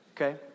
Okay